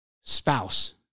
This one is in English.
spouse